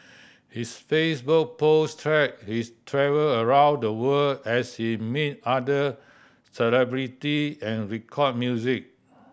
his Facebook post track his travel around the world as he meet other celebrity and record music